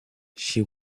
she